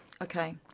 Okay